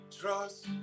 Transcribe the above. trust